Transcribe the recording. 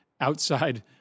outside